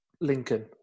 Lincoln